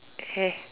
hair